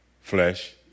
flesh